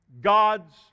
God's